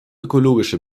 ökologische